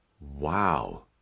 Wow